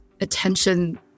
attention